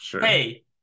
hey